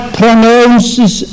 pronounces